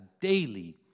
daily